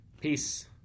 Peace